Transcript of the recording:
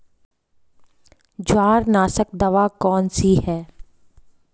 जवार नाशक दवा कौन सी है?